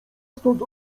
stąd